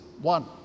one